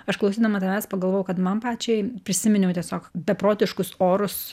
aš klausydama tavęs pagalvojau kad man pačiai prisiminiau tiesiog beprotiškus orus